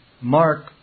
Mark